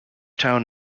town